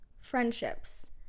friendships